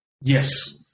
Yes